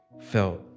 felt